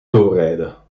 doorrijden